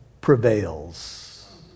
prevails